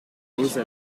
mongoose